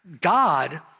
God